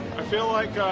i feel like.